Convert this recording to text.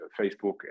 Facebook